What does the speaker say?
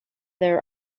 their